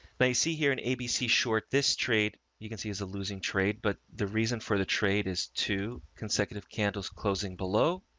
they see here in abc short, this trade you can see is a losing trade, but the reason for the trade is two consecutive candles closing below.